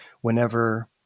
whenever